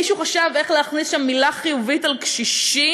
מישהו חשב איך להכניס שם מילה חיובית על קשישים,